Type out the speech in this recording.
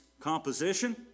composition